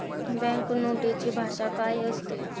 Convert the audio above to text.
Bank नोटेची भाषा काय असते?